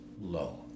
low